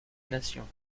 nations